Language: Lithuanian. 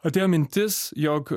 atėjo mintis jog